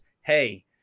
hey